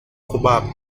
probable